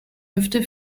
hüfte